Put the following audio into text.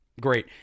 Great